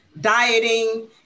dieting